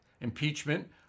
impeachment